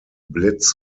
blitz